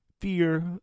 fear